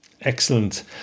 Excellent